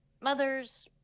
mother's